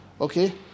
Okay